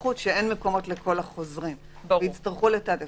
לכל החוזרים ויהיה צורך לתעדף.